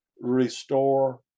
restore